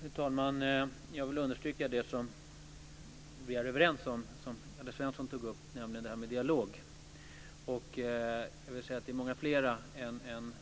Fru talman! Jag vill understryka det som vi är överens om och som Kalle Svensson tog upp, nämligen dialogen. Det finns många fler än